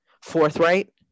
forthright